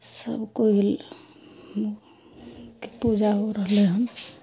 सब कोइ पूजा हो रहले हन